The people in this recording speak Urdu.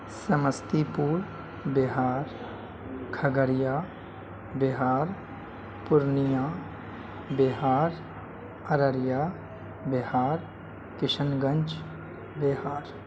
سمستی پور بہار کھگڑیا بہار پورنیہ بہار ارریہ بہار کشن گنج بہار